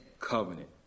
covenant